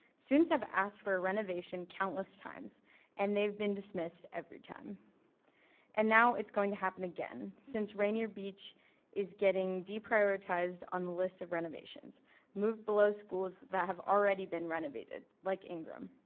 students have asked for renovation countless times and they've been dismissed every time and now it's going to happen again. since rainier beach is getting de prioritized on the list of renovations moved below schools that have already been renovated like ingraham.